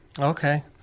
Okay